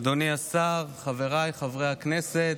אדוני השר, חבריי חברי הכנסת,